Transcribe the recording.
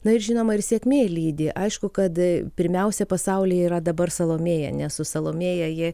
na ir žinoma ir sėkmė lydi aišku kad pirmiausia pasaulyje yra dabar salomėja ne su salomėja ji